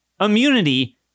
immunity